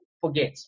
forget